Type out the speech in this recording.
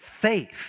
faith